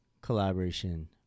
collaboration